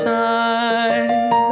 time